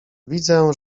widzę